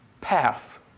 path